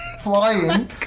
flying